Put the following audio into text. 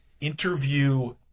interview